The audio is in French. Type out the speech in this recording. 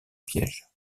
piège